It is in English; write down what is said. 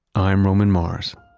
i'm roman mars